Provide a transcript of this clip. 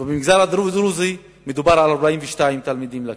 ובמגזר הדרוזי מדובר על 42 ילדים בכיתה.